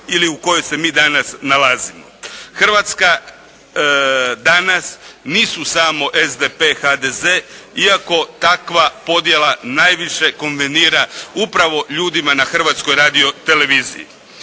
Hrvatska danas nisu samo SDP, HDZ iako takva podjela najviše konvenira upravo ljudima na Hrvatskoj radioteleviziji.